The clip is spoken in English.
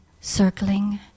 circling